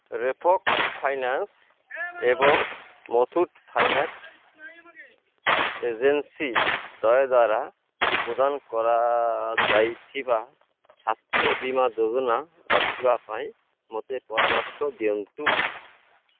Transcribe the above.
Repco finance ଏବଂ Muthoot finance agency ଦ୍ୱୟ ଦ୍ଵାରା ପ୍ରଦାନ କରାଯାଇଥିବା ସ୍ୱାସ୍ଥ୍ୟ ବୀମା ଯୋଜନା ବାଛିବା ପାଇଁ ମୋତେ ପରାମର୍ଶ ଦିଅନ୍ତୁ